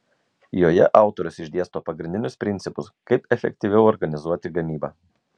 joje autorius išdėsto pagrindinius principus kaip efektyviau organizuoti gamybą